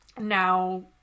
now